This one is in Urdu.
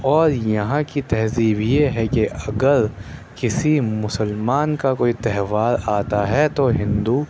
اور یہاں کی تہذیب یہ ہے کہ اگر کسی مسلمان کا کوئی تہوار آتا ہے تو ہندو